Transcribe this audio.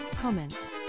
comments